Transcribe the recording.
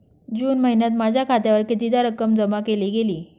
जून महिन्यात माझ्या खात्यावर कितीदा रक्कम जमा केली गेली?